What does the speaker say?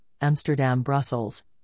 Amsterdam-Brussels